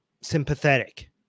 sympathetic